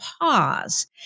pause